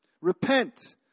Repent